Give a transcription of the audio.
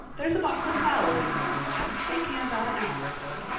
there's a box of flowers in your room, anne. they came about an hour ago.